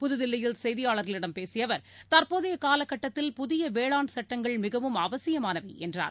புதுதில்லியில் செய்தியாளர்களிடம் பேசிய அவர் தற்போதைய காலகட்டத்தில் புதிய வேளாண் சட்டங்கள் மிகவும் அவசியமானவை என்றார்